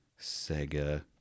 Sega